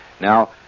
Now